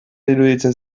iruditzen